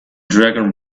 dragon